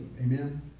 Amen